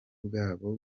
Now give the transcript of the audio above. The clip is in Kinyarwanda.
bwabo